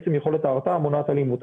עצם יכולת ההרתעה מונעת אלימות.